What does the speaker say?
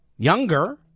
Younger